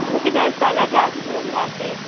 चड घालता जाल्यार घाल दोन वांटे